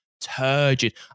turgid